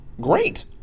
Great